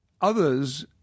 Others